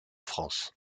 france